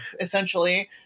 essentially